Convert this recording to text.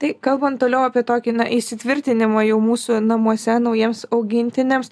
tai kalbant toliau apie tokį na įsitvirtinimą jau mūsų namuose naujiems augintiniams